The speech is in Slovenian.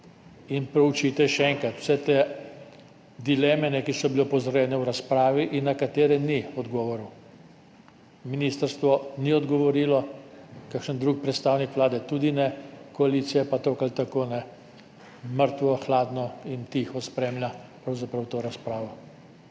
in proučite še enkrat vse te dileme, na katere je bilo opozorjeno v razpravi in na katere ni odgovorov. Ministrstvo ni odgovorilo, kakšen drug predstavnik Vlade tudi ne, koalicija pa tako ali tako mrtvo hladno in tiho spremlja to razpravo.